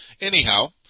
Anyhow